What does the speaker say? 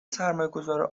سرمایهگذار